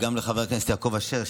גם לחבר הכנסת יעקב אשר,